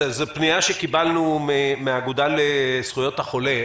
זו פנייה שקיבלנו מן האגודה לזכויות החולה.